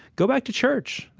go back to church.